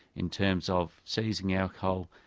in terms of seizing alcohol,